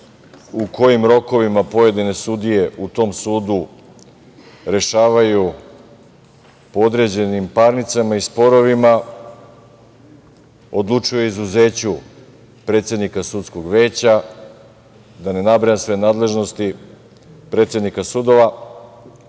u kojim rokovima pojedine sudije u tom sudu rešavaju po određenim parnicama i sporovima, odlučuje izuzeću predsednika sudskog veća i da ne nabrajam sve nadležnosti predsednika